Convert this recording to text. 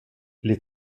les